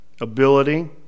ability